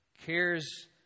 cares